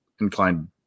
inclined